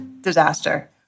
disaster